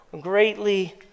greatly